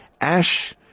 ash